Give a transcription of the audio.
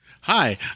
Hi